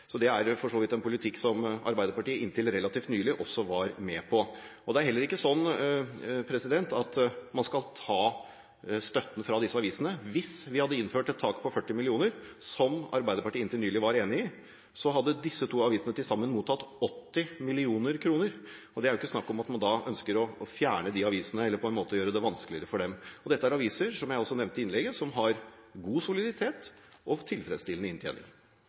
Så det er for så vidt en politikk som Arbeiderpartiet inntil relativt nylig også var med på. Det er heller ikke sånn at man skal ta støtten fra disse avisene. Hvis vi hadde innført et tak på 40 mill. kr – som Arbeiderpartiet inntil nylig var enig i – hadde disse to avisene til sammen mottatt 80 mill. kr. Det er jo ikke snakk om at man da ønsker å fjerne de avisene eller gjøre det vanskeligere for dem. Dette er aviser, som jeg også nevnte i innlegget, som har god soliditet og tilfredsstillende inntjening.